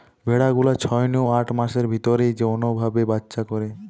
ভেড়া গুলা ছয় নু আট মাসের ভিতরেই যৌন ভাবে বাচ্চা করে